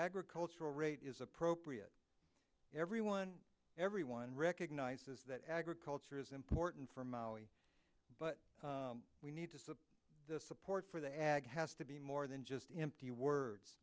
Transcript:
agricultural rate is appropriate everyone everyone recognizes that agriculture is important for maui but we need to support for the ag has to be more than just empty